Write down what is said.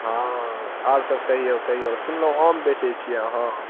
हँ आर सब कहिऔ कहिऔ सुनलहुँ आम बेचैत छियै अहाँ